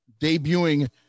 debuting